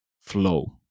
flow